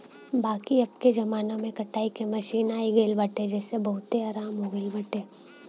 बाकी अबके जमाना में कटाई के मशीन आई गईल बाटे जेसे बहुते आराम हो गईल बाटे